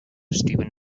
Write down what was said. steven